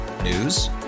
News